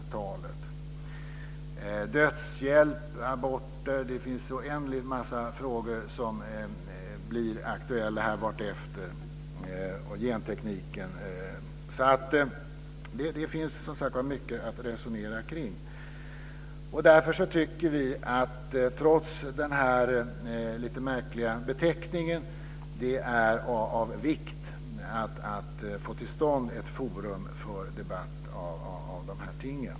Frågor om dödshjälp, aborter, genteknik och oändligt mycket annat blir aktuella vartefter. Det finns som sagt mycket att resonera kring. Trots den lite märkliga beteckningen tycker vi att det är av vikt att få till stånd ett forum för debatt om dessa ting.